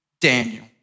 Daniel